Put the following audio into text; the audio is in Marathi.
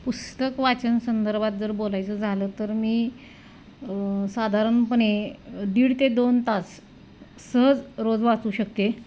पुस्तक वाचन संदर्भात जर बोलायचं झालं तर मी साधारणपणे दीड ते दोन तास सहज रोज वाचू शकते